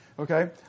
Okay